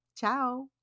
Ciao